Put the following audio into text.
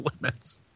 Limits